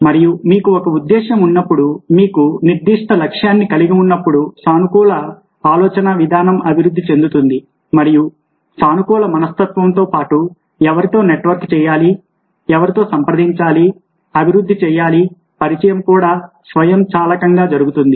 మరియు మీకు ఒక ఉద్దేశ్యం ఉన్నప్పుడు మీకు నిర్దిష్ట లక్ష్యాన్ని కలిగి ఉన్నప్పుడు సానుకూల ఆలోచనా విధానం అభివృద్ధి చెందుతుంది మరియు సానుకూల మనస్తత్వంతో పాటు ఎవరితో నెట్వర్క్ చేయాలి ఎవరితో సంప్రదించాలి అభివృద్ధి చేయాలి పరిచయం కూడా స్వయంచాలకంగా జరుగుతుంది